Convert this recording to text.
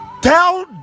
Tell